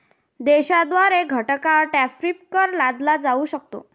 देशाद्वारे घटकांवर टॅरिफ कर लादला जाऊ शकतो